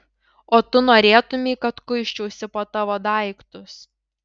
o tu norėtumei kad kuisčiausi po tavo daiktus